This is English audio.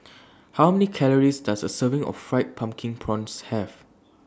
How Many Calories Does A Serving of Fried Pumpkin Prawns Have